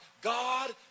God